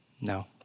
No